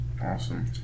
Awesome